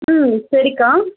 ம் சரிக்கா